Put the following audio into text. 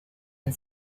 and